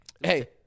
Hey